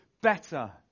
better